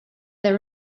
there